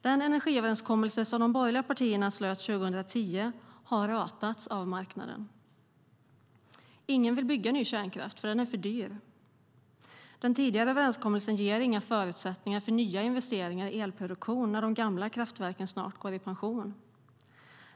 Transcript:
Den energiöverenskommelse som de borgerliga partierna slöt 2010 har ratats av marknaden. Ingen vill bygga ny kärnkraft, för den är för dyr. Den tidigare överenskommelsen ger inga förutsättningar för nya investeringar i elproduktion när de gamla kraftverken snart går i pension.